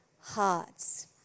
hearts